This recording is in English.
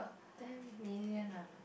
ten million ah